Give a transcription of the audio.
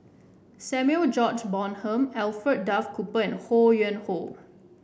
Samuel George Bonham Alfred Duff Cooper and Ho Yuen Hoe